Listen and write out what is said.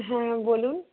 হ্যাঁ বলুন